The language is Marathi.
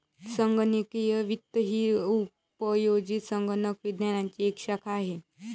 संगणकीय वित्त ही उपयोजित संगणक विज्ञानाची एक शाखा आहे